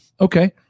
okay